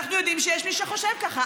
אנחנו יודעים שיש מי שחושב ככה.